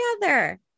together